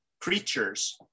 creatures